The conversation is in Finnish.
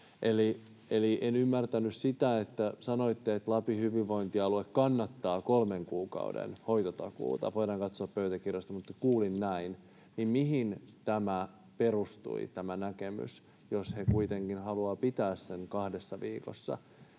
en ymmärtänyt sitä, kun sanoitte, että Lapin hyvinvointialue kannattaa kolmen kuukauden hoitotakuuta. Voidaan katsoa pöytäkirjasta, mutta kuulin näin. Mihin tämä näkemys perustui, jos he kuitenkin haluavat pitää sen kahdessa viikossa?